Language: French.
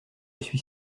suis